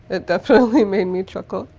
it definitely made me chuckle.